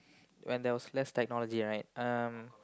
when there was less technology right um